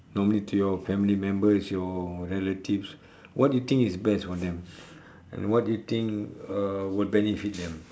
normally to your family members your relatives what do you think is the best for them and what do you think uh will benefits them